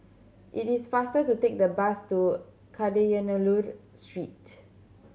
it is faster to take the bus to Kadayanallur Street